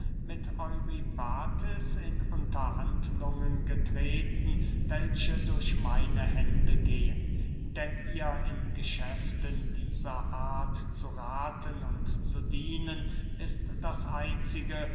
mit eurybates in unterhandlungen getreten welche durch meine hände gehen denn ihr in geschäften dieser art zu rathen und zu dienen ist das einzige